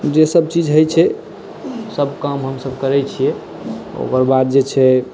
जे सभ चीज होइ छै सभ काम हमसभ करै छियै ओकर बाद जे छै